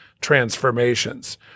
transformations